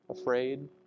afraid